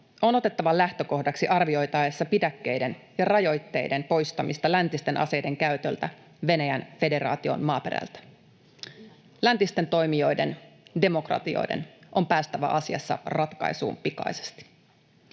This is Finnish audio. on otettava lähtökohdaksi arvioitaessa pidäkkeiden ja rajoitteiden poistamista läntisten aseiden käytöltä Venäjän federaation maaperältä. Läntisten toimijoiden, demokratioiden on päästävä asiassa ratkaisuun pikaisesti.